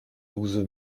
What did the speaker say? douze